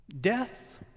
death